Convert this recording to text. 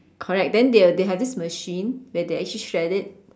correct then they will they have this machine where they actually shred it